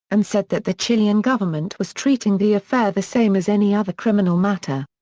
and said that the chilean government was treating the affair the same as any other criminal matter.